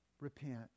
Repent